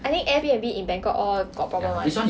I think Airbnb in bangkok all got problem [one]